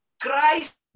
Christ